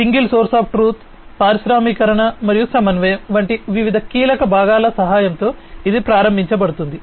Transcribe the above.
IT single source of truth పారిశ్రామికీకరణ మరియు సమన్వయం వంటి వివిధ కీలక భాగాల సహాయంతో ఇది ప్రారంభించబడుతుంది